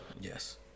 Yes